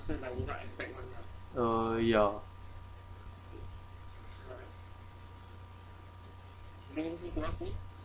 uh ya